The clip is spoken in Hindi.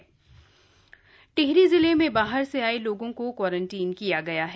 कोरोना टिहरी टिहरी जिले में बाहर से आये लोगों को क्वारंटीन किया गया है